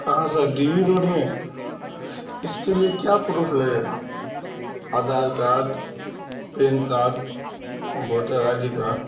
کہاں sir D B road میں اس کے لیے کیا پروف لگے گا Aadhaar card PAN card voter I D card